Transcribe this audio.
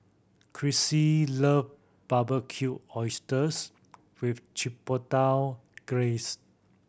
chrissie love Barbecued Oysters with Chipotle Glaze